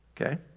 Okay